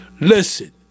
Listen